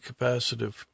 capacitive